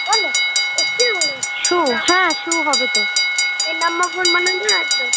shoe হ্যাঁ শ্যু হবে তো এই